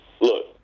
Look